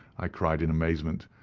i cried, in amazement,